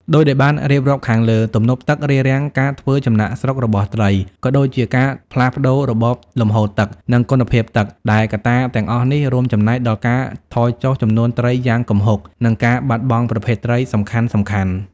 ដូចដែលបានរៀបរាប់ខាងលើ ទំនប់ទឹករារាំងការធ្វើចំណាកស្រុករបស់ត្រី ក៏ដូចជាការផ្លាស់ប្តូររបបលំហូរទឹក និងគុណភាពទឹក ដែលកត្តាទាំងអស់នេះរួមចំណែកដល់ការថយចុះចំនួនត្រីយ៉ាងគំហុក និងការបាត់បង់ប្រភេទត្រីសំខាន់ៗ។